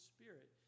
spirit